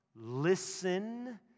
Listen